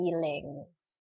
feelings